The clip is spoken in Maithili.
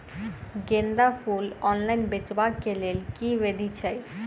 गेंदा फूल ऑनलाइन बेचबाक केँ लेल केँ विधि छैय?